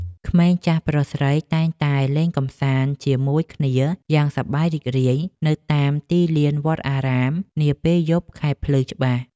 ក្មេងចាស់ប្រុសស្រីតែងតែលេងកម្សាន្តជាមួយគ្នាយ៉ាងសប្បាយរីករាយនៅតាមទីលានវត្តអារាមនាពេលយប់ខែភ្លឺច្បាស់។